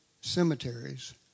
cemeteries